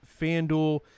FanDuel